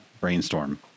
brainstorm